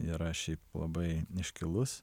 yra šiaip labai iškilus